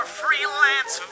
freelance